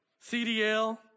CDL